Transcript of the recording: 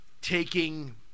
taking